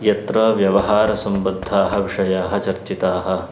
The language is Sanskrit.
यत्र व्यवहारसम्बद्धाः विषयाः चर्चिताः